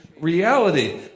reality